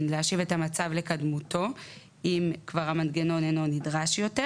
להשיב את המצב לקדמותו אם המנגנון אינו נדרש יותר.